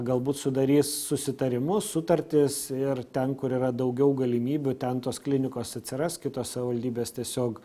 galbūt sudarys susitarimus sutartis ir ten kur yra daugiau galimybių ten tos klinikos atsiras kitos savivaldybės tiesiog